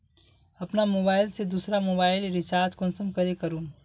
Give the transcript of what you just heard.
अपना मोबाईल से दुसरा मोबाईल रिचार्ज कुंसम करे करूम?